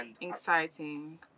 Exciting